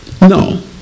No